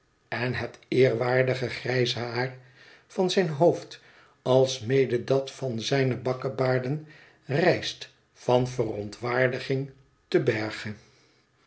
en het eerwaardige grijze haar van zijn hoofd alsmede dat van zijne bakkebaarden rijst van verontwaardiging te berge